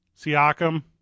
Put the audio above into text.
Siakam